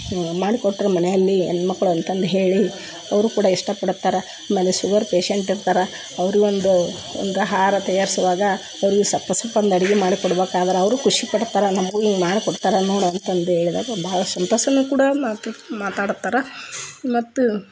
ಮಾಡಿಕೊಟ್ರು ಮನೆಯಲ್ಲಿ ಹೆಣ್ಣು ಮಕ್ಕಳು ಅಂತಂದು ಹೇಳಿ ಅವರು ಕೂಡ ಇಷ್ಟಪಡ್ತಾರೆ ಮನೆ ಸುಗರ್ ಪೇಶಂಟ್ ಇರ್ತಾರೆ ಅವ್ರಿಗೊಂದು ಒಂದು ಆಹಾರ ತಯಾರಿಸುವಾಗ ಅವ್ರಿಗೂ ಸಪ್ಪೆ ಸಪ್ಪೆ ಒಂದು ಅಡುಗೆ ಮಾಡ್ಕೊಡ್ಬೇಕು ಆದ್ರೆ ಅವರು ಖುಷಿಪಡ್ತಾರ ನಮಗೂ ಹೀಗ್ ಮಾಡಿ ಕೊಡ್ತಾರೆ ನೋಡು ಅಂತಂದು ಹೇಳ್ದಾಗ ಭಾಳ ಸಂತೋಷನೂ ಕೂಡ ಮಾತು ಮಾತಾಡ್ತಾರೆ ಮತ್ತು